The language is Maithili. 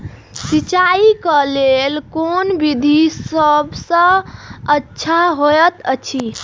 सिंचाई क लेल कोन विधि सबसँ अच्छा होयत अछि?